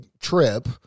trip